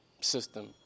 system